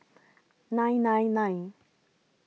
nine nine nine